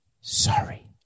sorry